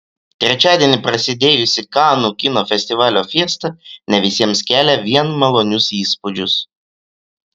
trečiadienį prasidėjusi kanų kino festivalio fiesta ne visiems kelia vien malonius įspūdžius